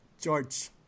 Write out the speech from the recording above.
George